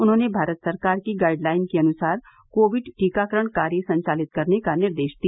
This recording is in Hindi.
उन्होंने भारत सरकार की गाइड लाइन के अनुसार कोविड टीकाकरण कार्य संचालित करने का निर्देश दिया